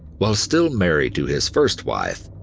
while still married to his first wife,